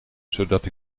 zodat